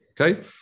Okay